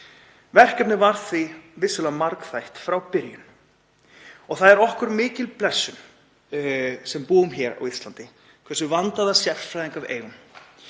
Verkefnið var því vissulega margþætt frá byrjun. Það er okkur mikil blessun sem búum hér á Íslandi hversu vandaða sérfræðinga við eigum,